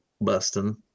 busting